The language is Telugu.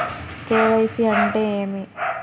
కే.వై.సి అంటే ఏమి?